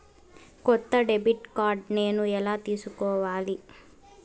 కొత్త debit card నేను ఎలా తీసుకోవాలి?